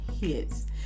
hits